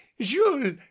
jules